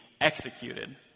executed